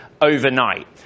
overnight